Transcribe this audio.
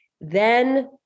then-